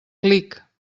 clic